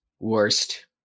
Worst